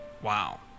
Wow